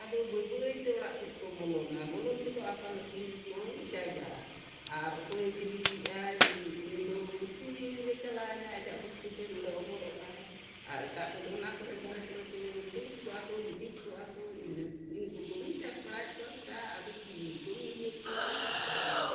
ᱟᱫᱚ ᱵᱟᱹᱭᱼᱵᱟᱹᱭᱛᱮ ᱚᱲᱟᱜ ᱥᱮᱫ ᱠᱚ ᱵᱚᱞᱚᱱᱟ ᱵᱚᱞᱚᱱ ᱛᱮᱠᱚ ᱟᱯᱟᱱᱼᱟᱹᱯᱤᱱ ᱠᱚ ᱡᱟᱭᱜᱟᱜᱼᱟ ᱟᱨ ᱚᱠᱚᱭ ᱵᱤᱞᱤᱭᱮᱟᱭ ᱩᱱᱤ ᱫᱚ ᱵᱩᱨᱥᱤ ᱨᱮ ᱪᱟᱞᱟᱣ ᱮᱱᱟ ᱟᱡᱟᱜ ᱵᱩᱨᱥᱤ ᱴᱷᱮᱱ ᱚᱸᱰᱮ ᱚᱵᱚᱨᱚᱜ ᱟᱭ ᱟᱨ ᱮᱴᱟᱜ ᱠᱚᱫᱚ ᱚᱱᱟ ᱠᱚᱨᱮ ᱫᱷᱟᱨᱮ ᱠᱚᱨᱮ ᱠᱚ ᱫᱩᱲᱩᱵ ᱠᱚᱜᱼᱟ ᱠᱚ ᱜᱤᱛᱤᱡ ᱠᱚᱜᱼᱟ ᱠᱚ ᱤᱱᱟᱹ ᱤᱱᱠᱩ ᱠᱚᱜᱮᱧ ᱪᱟᱥ ᱵᱟᱲᱟᱭᱮᱫ ᱠᱚᱣᱟ ᱵᱮᱴᱟ ᱟᱫᱚ ᱪᱤᱞᱤ ᱠᱚᱢ ᱤᱭᱟᱹ ᱠᱚᱣᱟ ᱦᱳᱭ